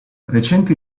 recenti